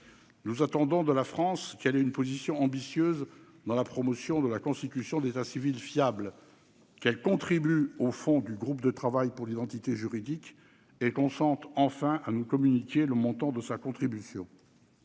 Nous attendons de la France qu'elle ait une position ambitieuse dans la promotion de la constitution d'états civils fiables, qu'elle contribue au fonds du groupe de travail pour l'identité juridique et nous entendons que le Gouvernement consente enfin à nous communiquer le montant de sa contribution.